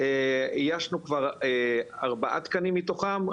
איישנו כבר ארבעה תקנים מתוכם,